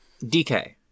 DK